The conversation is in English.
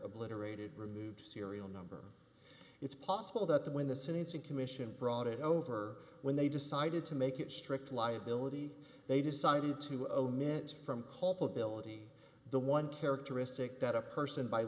obliterated removed serial number it's possible that the when the sentencing commission brought it over when they decided to make it strict liability they decided to omit from culpability the one characteristic that a person by